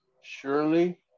Surely